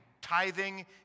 tithing